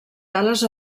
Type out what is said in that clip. ales